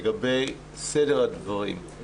לגבי סדר הדברים,